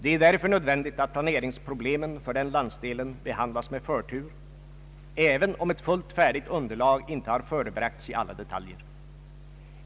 Det är därför nödvändigt att planeringsproblemen för den landsdelen behandlas med förtur, även om ett fullt färdigt underlag inte har förebragts i alla detaljer.